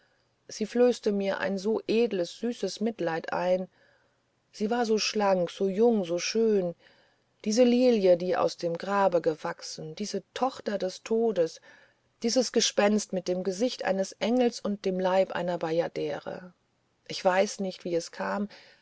sie flößte mir ein so edles süßes mitleid ein sie war so schlank so jung so schön diese lilie die aus dem grabe gewachsen diese tochter des todes dieses gespenst mit dem gesichte eines engels und dem leib einer bajadere ich weiß nicht wie es kam